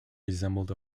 resembled